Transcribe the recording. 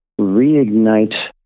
reignite